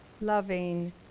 loving